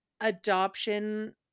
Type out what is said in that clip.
adoption